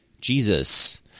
Jesus